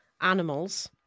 animals